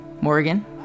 Morgan